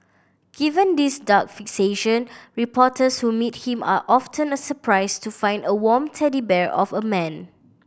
given these dark fixation reporters who meet him are often surprised to find a warm teddy bear of a man